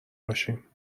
باشیم